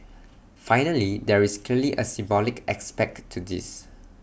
finally there is clearly A symbolic aspect to this